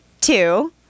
Two